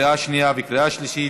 לקריאה שנייה וקריאה שלישית.